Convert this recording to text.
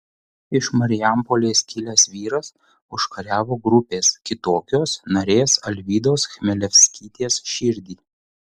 iš marijampolės kilęs vyras užkariavo grupės kitokios narės alvydos chmelevskytės širdį